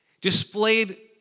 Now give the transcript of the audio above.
displayed